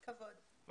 הכבוד,